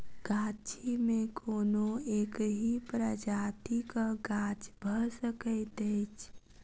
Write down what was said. गाछी मे कोनो एकहि प्रजातिक गाछ भ सकैत अछि